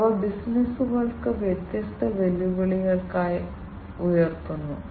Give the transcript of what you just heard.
അതിനാൽ ഒരു സാധാരണ PLC ക്ക് മൂന്ന് വ്യത്യസ്ത മൊഡ്യൂളുകൾ ഉണ്ട്